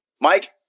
Mike